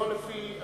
לא לפי,